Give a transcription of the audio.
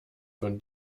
von